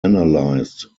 analyzed